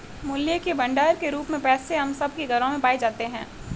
मूल्य के भंडार के रूप में पैसे हम सब के घरों में पाए जाते हैं